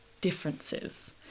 differences